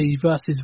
versus